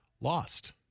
lost